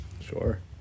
Sure